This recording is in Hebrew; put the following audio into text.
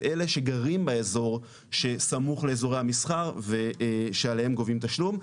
את אלה שגרים באזור שסמוך לאזורי המסחר ושעליהם גובים תשלום,